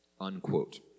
unquote